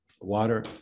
water